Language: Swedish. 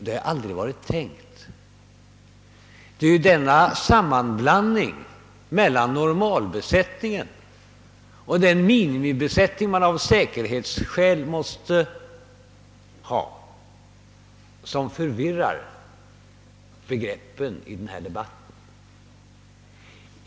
Det har aldrig varit tänkt så. Det är sammanblandningen mellan normalbesättningen och den minimibesättning, som man av säkerhetsskäl måste ha, som förvirrar begreppen i denna debatt.